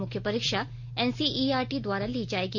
मुख्य परीक्षा एनसीईआरटी द्वारा ली जायेगी